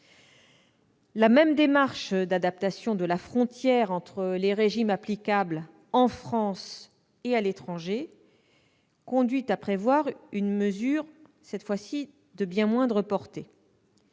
La même démarche d'adaptation de la frontière entre les régimes applicables en France et à l'étranger conduit à prévoir une mesure de moindre portée.